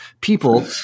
people